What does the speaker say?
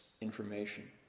information